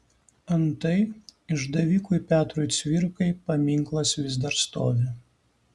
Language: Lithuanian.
antai išdavikui petrui cvirkai paminklas vis dar stovi